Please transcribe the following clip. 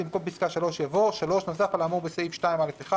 במקום פסקה (3) יבוא: "(3) נוסף על האמור בסעיף 2א1,